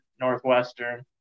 Northwestern